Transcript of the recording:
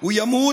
הוא ימות,